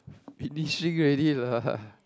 finishing already lah